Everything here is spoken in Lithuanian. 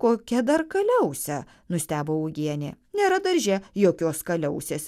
kokią dar kaliausę nustebo uogienė nėra darže jokios kaliausės